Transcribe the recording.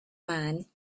man